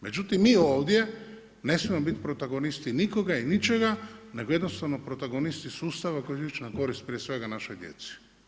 Međutim mi ovdje ne smijemo biti protagonisti nikoga i ničega nego jednostavno protagonisti sustava koji će ići na korist prije svega našoj djeci.